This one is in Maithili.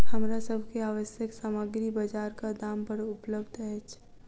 हमरा सभ के आवश्यक सामग्री बजारक दाम पर उपलबध अछि